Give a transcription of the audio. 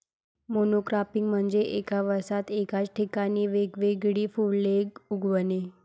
monocropping म्हणजे एका वर्षात एकाच ठिकाणी वेगवेगळी फुले उगवणे